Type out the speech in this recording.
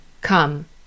come